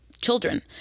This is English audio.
children